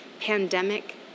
pandemic